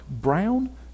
brown